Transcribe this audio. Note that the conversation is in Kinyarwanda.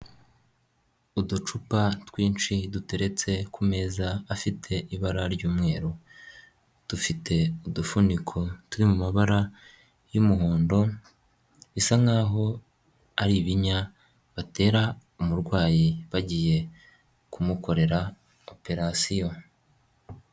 Uducupa twinshi duteretse ku meza afite ibara ry'umweru, dufite udufuniko turi mu mabara y'umuhondo bisa nk'aho ari ibinya batera umurwayi bagiye kumukorera operasiyo.